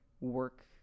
work